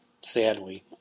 Sadly